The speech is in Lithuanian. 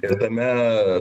ir tame